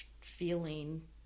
feeling